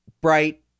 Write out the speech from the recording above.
bright